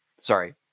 Sorry